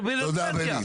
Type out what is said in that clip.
זה בזבוז אנרגיה.